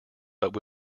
but